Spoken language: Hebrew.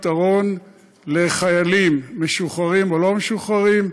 פתרון לחיילים משוחררים או לא משוחררים,